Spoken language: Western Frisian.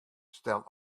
stel